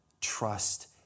Trust